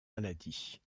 maladie